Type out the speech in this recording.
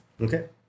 Okay